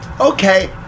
okay